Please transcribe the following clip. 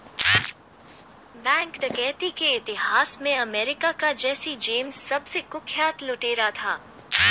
bank डकैती के इतिहास में अमेरिका का जैसी जेम्स सबसे कुख्यात लुटेरा था